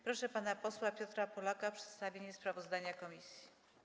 Proszę pana posła Piotra Polaka o przedstawienie sprawozdania komisji.